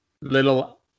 little